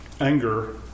anger